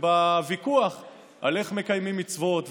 ובוויכוח על איך מקיימים מצוות,